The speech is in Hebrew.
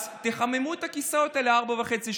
אז תחממו את הכיסאות האלה ארבע שנים וחצי.